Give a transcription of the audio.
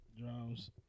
drums